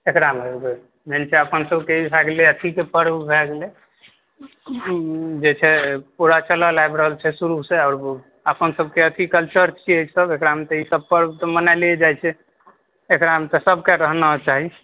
एक़रामे मेन छै अपन सबके ई भए गेलै अथी के पर्व भए गेलै जे छै पूरा चलल आबि रहल छै शुरू से अपन सबके अथी कल्चर छियै ईसब जेकरामे ईसब पर्व तऽ मनैले जाइ छै एक़रामे तऽ सबके रहना चाही